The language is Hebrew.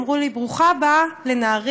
אמרו לי: ברוכה הבאה לנהריה,